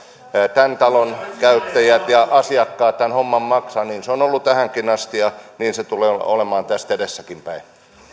tämän talon käyttäjät ja asiakkaat tämän homman maksavat niin se on ollut tähänkin asti ja niin se tulee olemaan tästä edessäkinpäin